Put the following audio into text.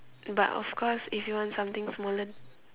but of course if you want something smaller